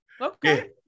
okay